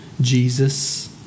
Jesus